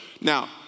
Now